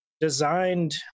Designed